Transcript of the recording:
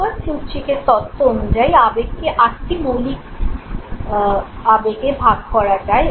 Robert প্লুটচিকের তত্ত্ব অনুযায়ী আবেগকে আটটি মৌলিক আবেগে ভাগ করা যায়